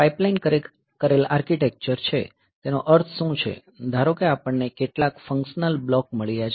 pipeline કરેલ architecture છે તેનો અર્થ શું છે ધારો કે આપણને કેટલાક ફન્કશનલ બ્લોક મળ્યા છે